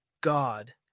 God